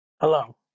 Hello